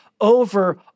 over